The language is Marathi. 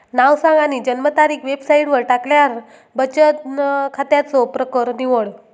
नाव सांग आणि जन्मतारीख वेबसाईटवर टाकल्यार बचन खात्याचो प्रकर निवड